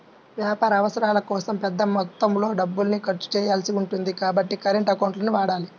వ్యాపార అవసరాల కోసం పెద్ద మొత్తంలో డబ్బుల్ని ఖర్చు చేయాల్సి ఉంటుంది కాబట్టి కరెంట్ అకౌంట్లను వాడాలి